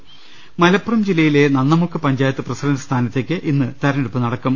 ലലലലല മലപ്പുറം ജില്ലയിലെ Nannamukku panchayat president സ്ഥാനത്തേക്ക് ഇന്ന് തെരഞ്ഞെടുപ്പ് നടക്കും